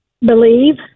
Believe